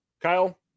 Kyle